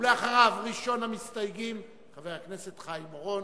אחריו, ראשון המסתייגים, חבר הכנסת חיים אורון.